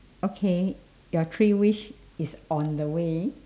okay your three wish is on the way